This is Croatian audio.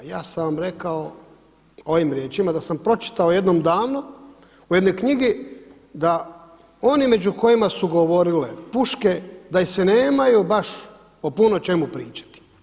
Ja sam vam rekao ovim riječima da sam pročitao u jednom danu u jednoj knjigi da oni među kojima su govorile puške da se nemaju baš o puno čemu pričati.